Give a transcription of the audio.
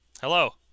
Hello